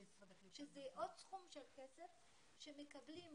זה עוד סכום של כסף שמקבלים.